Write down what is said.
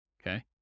okay